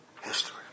history